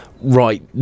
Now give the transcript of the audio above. right